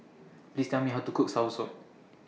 Please Tell Me How to Cook Soursop